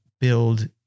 build